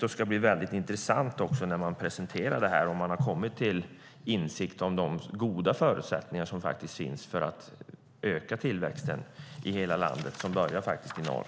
Det ska bli väldigt intressant när man presenterar utredningen om man har kommit till insikt om de goda förutsättningar som finns att öka tillväxten i hela landet som börjar i norr.